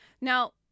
Now